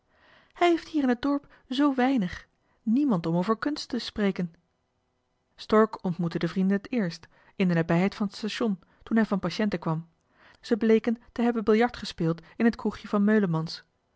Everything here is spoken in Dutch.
hij heeft hier in het dorp zoo weinig niemand om over kunst te spreken stork ontmoette de vrienden het eerst in de nabijheid van het station toen hij van patiënten kwam zij bleken te hebben biljart gespeeld in het kroegje van meulemans